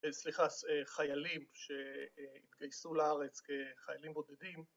סליחה, חיילים שהתגייסו לארץ כחיילים בודדים